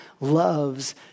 loves